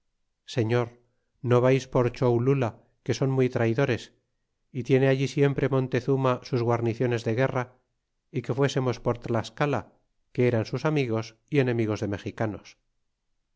señor no vais por choulula que son muy traidores y tiene allí siempre montezuma sus guarniciones de guerra y que fuésemos por tlascala que eran sus amigos y enemigos de mexicanos